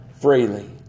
freely